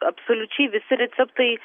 absoliučiai visi receptai